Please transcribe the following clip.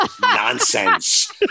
nonsense